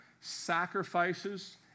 sacrifices